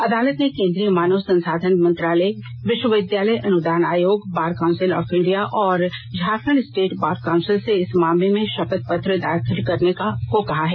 अदालत ने केंद्रीय मानव संसाधन मंत्रालय विश्वविद्यालय अनुदान आयोग बार काउंसिल ऑफ इंडिया और झारखंड स्टेट बार काउंसिल से इस मामले में शपथ पत्र दायर करने को कहा है